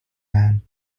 man